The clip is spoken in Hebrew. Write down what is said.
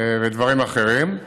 ודברים אחרים,